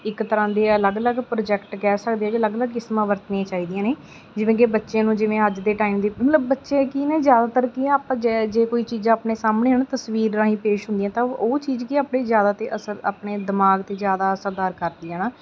ਇੱਕ ਤਰ੍ਹਾਂ ਦੀ ਅਲੱਗ ਅਲੱਗ ਪ੍ਰੋਜੈਕਟ ਕਹਿ ਸਕਦੇ ਜੇ ਅਲੱਗ ਅਲੱਗ ਕਿਸਮਾਂ ਵਰਤਣੀਆਂ ਚਾਹੀਦੀਆਂ ਨੇ ਜਿਵੇਂ ਕਿ ਬੱਚਿਆ ਨੂੰ ਜਿਵੇਂ ਅੱਜ ਦੇ ਟਾਈਮ ਦੀ ਮਤਲਬ ਬੱਚੇ ਕੀ ਨੇ ਜ਼ਿਆਦਾਤਰ ਕੀ ਆਪਾਂ ਜੇ ਜੇ ਕੋਈ ਚੀਜ਼ ਆਪਣੇ ਸਾਹਮਣੇ ਹੈ ਨਾ ਤਸਵੀਰ ਰਾਹੀਂ ਪੇਸ਼ ਹੁੰਦੀਆਂ ਤਾਂ ਉਹ ਉਹ ਚੀਜ਼ ਕੀ ਆਪਣੀ ਜ਼ਿਆਦਾ ਤਾਂ ਅਸਰ ਆਪਣੇ ਦਿਮਾਗ 'ਤੇ ਜ਼ਿਆਦਾ ਅਸਰਦਾਰ ਕਰਦੀਆਂ ਨਾ